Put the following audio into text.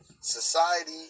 society